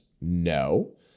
No